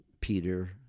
Peter